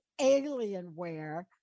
Alienware